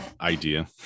idea